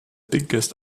biggest